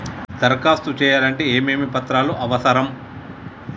దరఖాస్తు చేయాలంటే ఏమేమి పత్రాలు అవసరం?